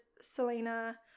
selena